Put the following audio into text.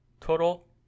Total